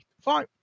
Fine